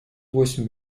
восемь